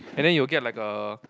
and then you will get like a